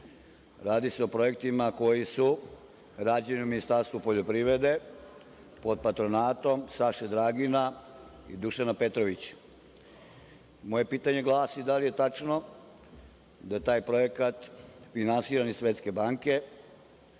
Radi se o projektima koji su rađeni u Ministarstvu poljoprivrede pod patronatom Saše Dragina i Dušana Petrovića. Moje pitanje glasi – da li je tačno da je taj projekat finansiran iz Svetske banke